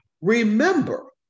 Remember